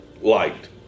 liked